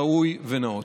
ראוי ונאות.